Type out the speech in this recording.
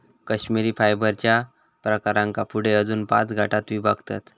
कश्मिरी फायबरच्या प्रकारांका पुढे अजून पाच गटांत विभागतत